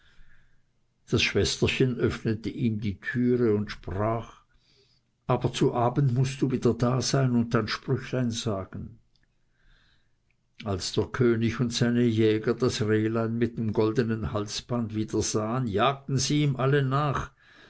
das schwesterchen öffnete ihm die türe und sprach aber zu abend mußt du wieder da sein und dein sprüchlein sagen als der könig und seine jäger das rehlein mit dem goldenen halsband wieder sahen jagten sie ihm alle nach